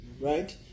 right